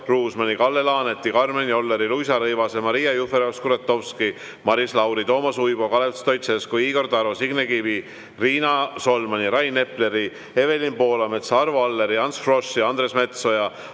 Ruusmanni, Kalle Laaneti, Karmen Jolleri, Luisa Rõivase, Maria Jufereva-Skuratovski, Maris Lauri, Toomas Uibo, Kalev Stoicescu, Igor Taro, Signe Kivi, Riina Solmani, Rain Epleri, Evelin Poolametsa, Arvo Alleri, Ants Froschi, Andres Metsoja,